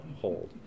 hold